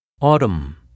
Autumn